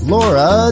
Laura